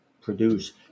produce